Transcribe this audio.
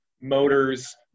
motors